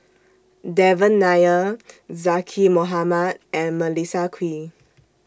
Devan Nair Zaqy Mohamad and Melissa Kwee